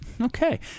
Okay